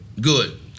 good